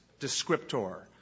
descriptor